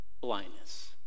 blindness